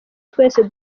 twese